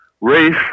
race